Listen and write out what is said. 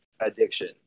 Addiction